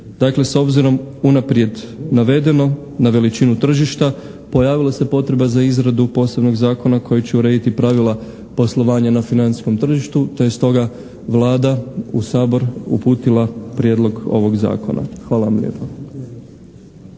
Dakle s obzirom unaprijed navedeno na veličinu tržišta pojavila se potreba za izradu posebnog zakona koji će urediti pravila poslovanja na financijskom tržištu te je stoga Vlada u Sabor uputila prijedlog ovog Zakona. Hvala vam lijepa.